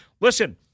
Listen